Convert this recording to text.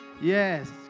Yes